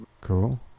Cool